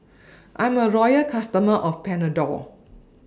I'm A Loyal customer of Panadol